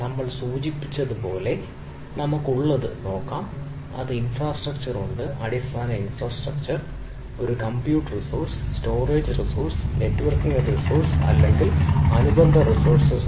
നമ്മൾ സൂചിപ്പിച്ചതുപോലെ നമുക്കുള്ളത് നോക്കാം നമ്മൾക്ക് ഇൻഫ്രാസ്ട്രക്ചർ ഉണ്ട് അടിസ്ഥാന ഇൻഫ്രാസ്ട്രക്ചർ അവിടെ ഒരു compute resource storage resource networking resource അല്ലെങ്കിൽ അനുബന്ധ റിസോഴ്സ്